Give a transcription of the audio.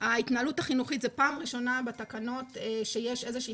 ההתנהלות החינוכית זו פעם ראשונה בתקנות שיש איזושהי